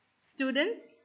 Students